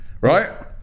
Right